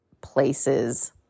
places